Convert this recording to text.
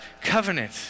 covenant